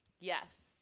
Yes